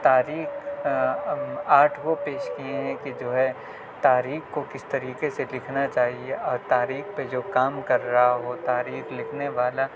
تاریخ آٹھ وہ پیش کیے ہیں کہ جو ہے تاریخ کو کس طریقے سے لکھنا چاہیے اور تاریخ پہ جو کام کر رہا ہو تاریخ لکھنے والا